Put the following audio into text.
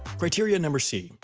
criteria number c,